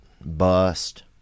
bust